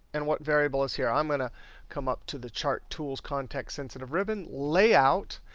and what variable is here? i'm going to come up to the chart tools context sensitive ribbon layout.